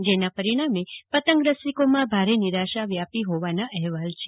જેના પરિણામે પતંગરસિકોમાં ભારે નિરાશા વ્યાપીના અહેવાલ છે